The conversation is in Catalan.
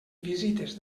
visites